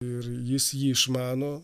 ir jis jį išmano